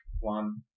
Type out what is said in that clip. One